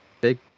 Big